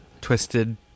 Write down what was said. twisted